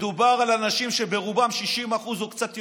מדובר באנשים שרובם, 60% או קצת יותר,